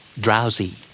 Drowsy